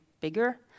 bigger